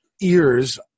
ears